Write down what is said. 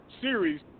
series